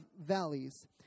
valleys